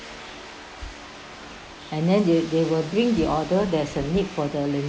and then they they will bring the order there's a need for the